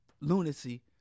lunacy